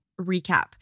recap